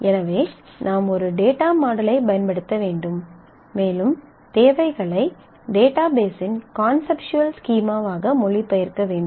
எனவே நாம் ஒரு டேட்டா மாடலைப் பயன்படுத்த வேண்டும் மேலும் தேவைகளை டேட்டாபேஸின் கான்செப்சுவல் ஸ்கீமாவாக மொழிபெயர்க்க வேண்டும்